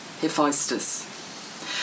Hephaestus